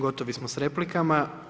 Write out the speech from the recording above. Gotovi smo s replikama.